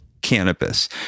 cannabis